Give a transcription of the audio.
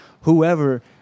Whoever